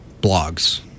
blogs